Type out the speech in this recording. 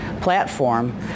platform